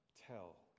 Tell